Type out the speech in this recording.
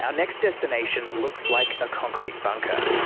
ah next destination looks like a concrete bunker.